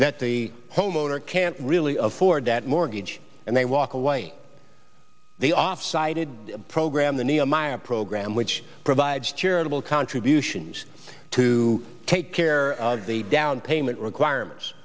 that the homeowner can't really afford that mortgage and they walk away the off cited program the nehemiah program which provides charitable contributions to take care of the down payment requirements